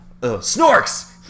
Snorks